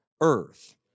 earth